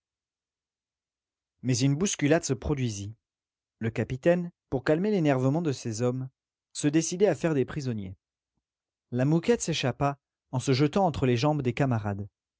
mais une bousculade se produisit le capitaine pour calmer l'énervement de ses hommes se décidait à faire des prisonniers d'un saut la mouquette s'échappa en se jetant entre les jambes des camarades